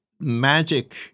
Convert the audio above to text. Magic